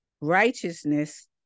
righteousness